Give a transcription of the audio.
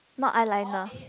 no eyeliner